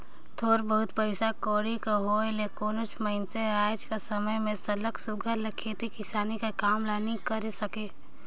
थोर बहुत पइसा कउड़ी कर होए ले कोनोच मइनसे हर आएज कर समे में सरलग सुग्घर ले खेती किसानी कर काम ल नी करे सके